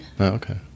okay